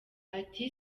ati